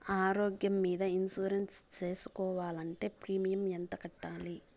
ఆరోగ్యం మీద ఇన్సూరెన్సు సేసుకోవాలంటే ప్రీమియం ఎంత కట్టాలి?